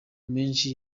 menshi